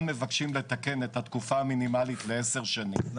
מבקשים לתקן את התקופה המינימלית ל 10 שנים,